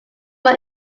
more